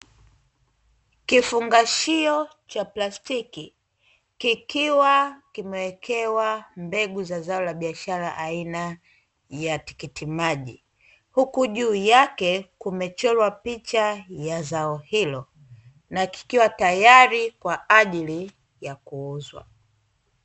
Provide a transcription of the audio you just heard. Kifungashio cha plastiki kikiwa kimewekewa mbegu za zao la biashara aina ya tikiti maji, huku juu yake kumechorwa picha ya zao hilo na kikiwa tayari kwa ajili ya kuuzwa.